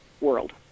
world